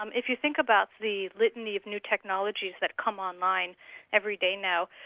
um if you think about the litany of new technologies that come online every day now,